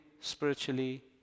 spiritually